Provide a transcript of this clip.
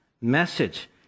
message